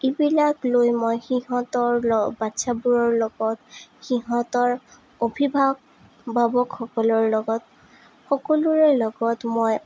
এইবিলাক লৈ মই সিহঁতৰ ল বাচ্ছাবোৰৰ লগত সিহঁতৰ অভিভাৱ ভাবকসকলৰ লগত সকলোৰে লগত মই